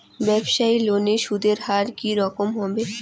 ব্যবসায়ী লোনে সুদের হার কি রকম হবে?